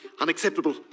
Unacceptable